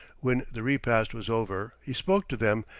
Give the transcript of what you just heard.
when the repast was over, he spoke to them,